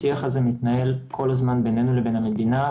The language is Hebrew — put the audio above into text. השיח הזה מתנהל כל הזמן בינינו לבין המדינה,